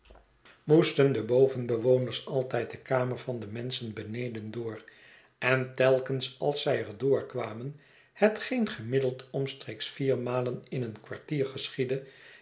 de bovenbewoners altijd de kamer van de menschen beneden door en teikens als zij er door kwamen hetgeen gemiddeld omstreeks vier malen in een kwartier geschiedde